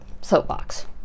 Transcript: Soapbox